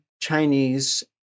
Chinese